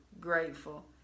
grateful